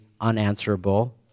unanswerable